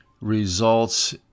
results